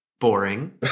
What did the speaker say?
Boring